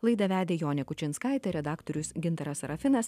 laidą vedė jonė kučinskaitė redaktorius gintaras serafinas